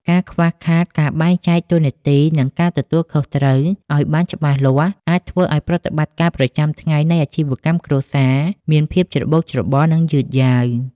ការខ្វះខាតការបែងចែកតួនាទី និងការទទួលខុសត្រូវឱ្យបានច្បាស់លាស់ អាចធ្វើឱ្យប្រតិបត្តិការប្រចាំថ្ងៃនៃអាជីវកម្មគ្រួសារមានភាពច្របូកច្របល់ និងយឺតយ៉ាវ។